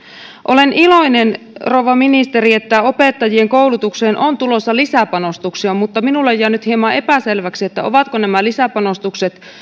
olen iloinen rouva ministeri että opettajien koulutukseen on tulossa lisäpanostuksia mutta minulle jäi nyt hieman epäselväksi ovatko nämä lisäpanostukset